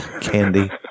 Candy